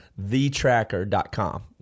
thetracker.com